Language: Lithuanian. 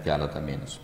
keletą mėnesių